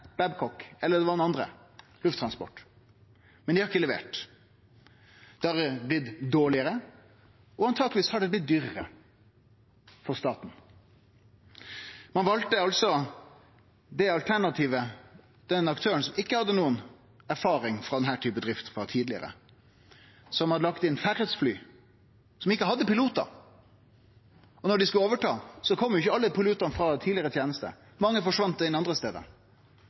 eller det var den andre, Lufttransport – men dei har ikkje levert. Det har blitt dårlegare, og antakeleg har det blitt dyrare for staten. Ein valde altså det alternativet med den aktøren som ikkje hadde noka erfaring med slik drift frå tidlegare, som hadde lagt inn færrast fly, som ikkje hadde pilotar – da dei skulle overta, kom ikkje alle pilotane frå tidlegare teneste, mange forsvann til andre stader.